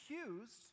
accused